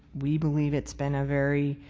we believe it's been a very